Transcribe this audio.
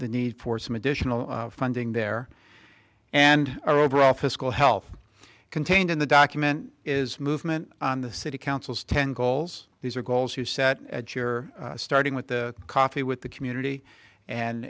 the need for some additional funding there and our overall fiscal health contained in the document is movement on the city council's ten goals these are goals you set at your starting with the coffee with the community and